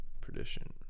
Perdition